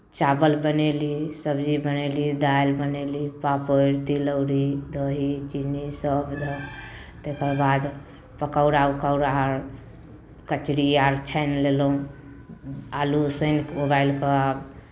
चावल बनयली सब्जीली दालि बनयली पापड़ तिलौरी दही चिन्नी सभ रहल तकर बाद पकौड़ा उकौड़ा अर कचरी अर छानि लेलहुँ आलू उसनि उबालि कऽ